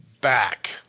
back